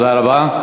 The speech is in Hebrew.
תודה רבה.